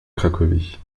cracovie